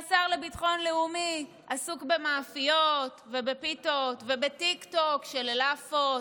והשר לביטחון לאומי עסוק במאפיות ובפיתות ובטיקטוק של הלאפות.